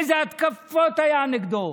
איזה התקפות היו נגדו.